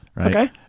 Okay